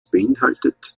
beinhaltet